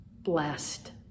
blessed